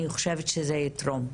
אני חושבת שזה יתרום,